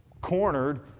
cornered